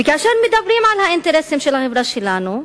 וכאשר מדברים על האינטרסים של החברה שלנו,